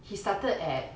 he started at